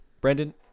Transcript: Brandon